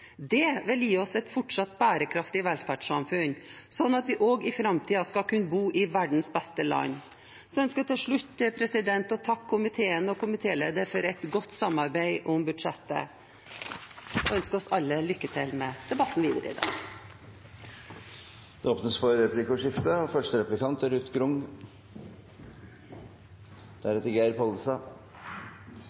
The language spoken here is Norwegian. Det vil gi oss et fortsatt bærekraftig velferdssamfunn, slik at vi også i framtiden skal kunne bo i verdens beste land. Til slutt ønsker jeg å takke komiteen og komitélederen for et godt samarbeid om budsjettet. Jeg ønsker også oss alle lykke til med debatten videre i dag. Det blir replikkordskifte.